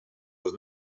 was